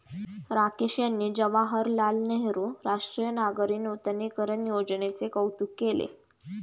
राकेश यांनी जवाहरलाल नेहरू राष्ट्रीय नागरी नूतनीकरण योजनेचे कौतुक केले